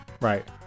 Right